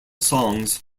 songs